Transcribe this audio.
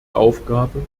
aufgabe